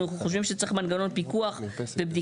אנחנו חשובים שצריך להיות מנגנון פיקוח ובדיקה,